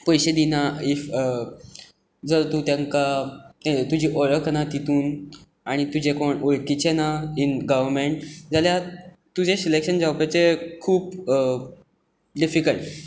पयशे दिना इफ जर तूं तांकां तुजी वळख ना हातून आनी तुजे कोण वळखीचे ना इन गव्हर्मेंट जाल्यार तुजें सिलेक्शन जावपाचें खूब डिफीकल्ट